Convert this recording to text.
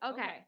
Okay